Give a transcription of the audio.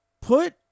put